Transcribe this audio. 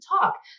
talk